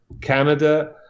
canada